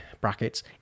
brackets